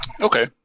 Okay